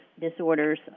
disorders